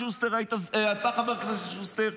חבר הכנסת שוסטר,